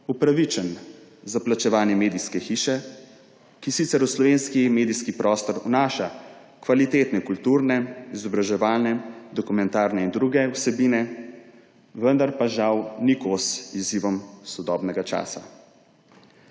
upravičen za plačevanje medijske hiše, ki sicer v slovenski medijski prostor vnaša kvalitetne kulturne, izobraževalne, dokumentarne in druge vsebine, vendar pa žal ni kos izzivom sodobnega časa.